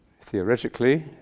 Theoretically